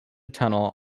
tunnel